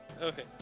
Okay